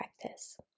practice